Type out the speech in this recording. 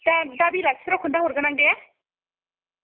दा दा बेलासिफ्राव खोन्थाहरगोन आं दे